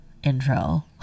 Intro